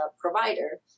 provider